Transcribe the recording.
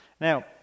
Now